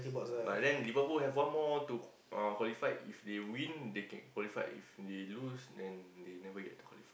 ya but then Liverpool have one more to uh qualify if they win they can qualify if they lose then they never get to qualify ya